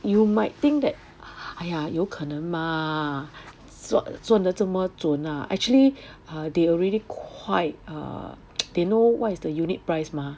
you might think that !aiya! 有可能吗算得这么准 mah actually err they already quite err they know what is the unit price mah